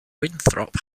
winthrop